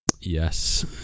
Yes